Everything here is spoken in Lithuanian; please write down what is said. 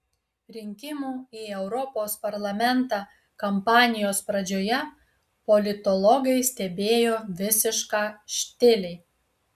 rinkimų į europos parlamentą kampanijos pradžioje politologai stebėjo visišką štilį